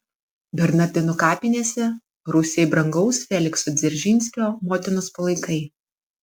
bernardinų kapinėse rusijai brangaus felikso dzeržinskio motinos palaikai